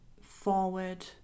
forward